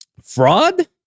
Fraud